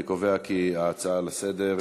אני קובע כי ההצעה לסדר-היום: